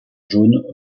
jaunes